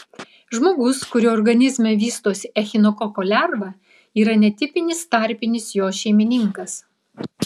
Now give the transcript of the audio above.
žmogus kurio organizme vystosi echinokoko lerva yra netipinis tarpinis jos šeimininkas